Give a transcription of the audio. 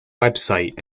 website